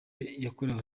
yakorewe